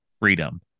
freedom